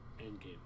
Endgame